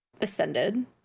ascended